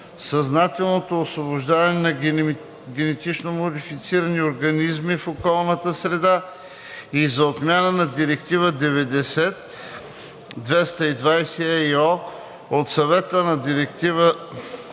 съзнателното освобождаване на генетично модифицирани организми в околната среда и за отмяна на Директива 90/220/ЕИО на Съвета и на Директива